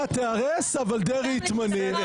שהמדינה תיהרס, אבל דרעי יתמנה.